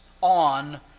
on